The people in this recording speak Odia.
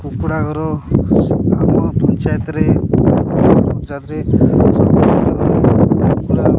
କୁକୁଡ଼ା ଘର ଆମ ପଞ୍ଚାୟତରେ ପଞ୍ଚାୟତରେ କୁକୁଡ଼ା